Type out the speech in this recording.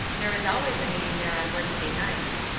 there is always a meeting there on wednesday nights.